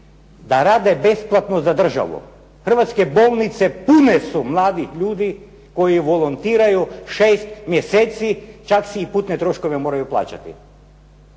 da rade besplatno za državu. Hrvatske bolnice pune su mladih ljudi koji volontiraju 6 mjeseci, čak si i putne troškove moraju plaćati.